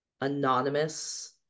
anonymous